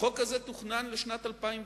החוק הזה תוכנן לשנת 2009,